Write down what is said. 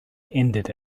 ended